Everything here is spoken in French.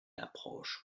approche